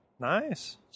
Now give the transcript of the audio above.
Nice